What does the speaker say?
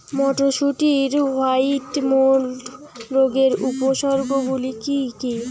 মটরশুটির white mould রোগের উপসর্গগুলি কী কী?